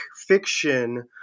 fiction